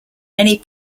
many